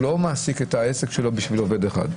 הוא לא מעסיק את העסק שלו בשביל עובד אחד.